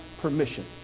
permission